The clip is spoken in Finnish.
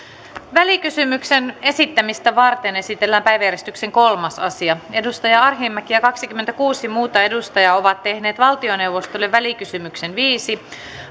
välikysymyksen esittämistä varten esitellään päiväjärjestyksen kolmas asia paavo arhinmäki ja kaksikymmentäkuusi muuta edustajaa ovat tehneet valtioneuvostolle välikysymyksen viisi